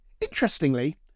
Interestingly